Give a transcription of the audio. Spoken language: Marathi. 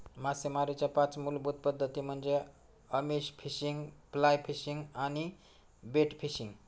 मासेमारीच्या पाच मूलभूत पद्धती म्हणजे आमिष फिशिंग, फ्लाय फिशिंग आणि बेट फिशिंग